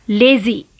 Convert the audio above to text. lazy